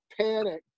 panic